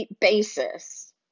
basis